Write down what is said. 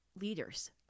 leaders